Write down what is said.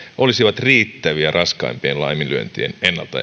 olisivat riittäviä raskaimpien laiminlyöntien